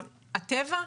הטבע.